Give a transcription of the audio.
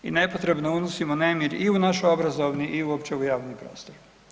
I nepotrebno unosimo nemir i u naš obrazovni i uopće u javni prostor.